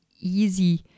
easy